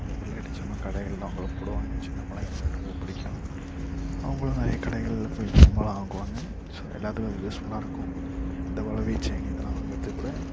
நிறையா விளையாட்டு சாமான் கடைகள்லாம் கூட போடுவாங்க சின்ன பிள்ளைங்களுக்கு அது ரொம்ப பிடிக்கும் அவங்களும் நிறைய கடைகளில் போய் பூமாலை வாங்குவாங்க ஸோ எல்லாத்துக்கும் அது யூஸ் ஃபுல்லாக இருக்கும் இந்த வளவி செயின் இதெலாம் வாங்கிறதுக்கு கூட